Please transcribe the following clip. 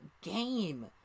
game